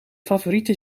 favoriete